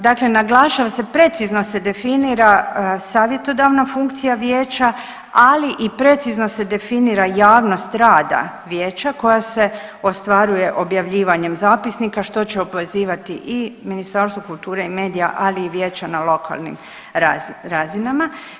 Dakle, naglašava se precizno se definira savjetodavna funkcija vijeća, ali i precizno se definira javnost rada vijeća koja se ostvaruje objavljivanjem zapisnika što će obvezivati i Ministarstvo kulture i medija, ali i vijeća na lokalnim razinama.